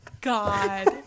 god